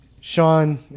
Sean